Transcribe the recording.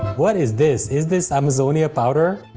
what is this? is this amazonia powder?